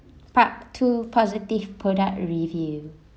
part two positive product review